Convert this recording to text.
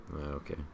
Okay